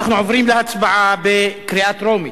אנחנו עוברים להצבעה בקריאה טרומית.